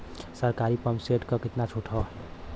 सरकारी pump set प कितना छूट हैं?